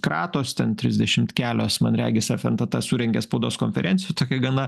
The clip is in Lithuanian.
kratos ten trisdešimt kelios man regis fntt surengė spaudos konferenciją tokią gana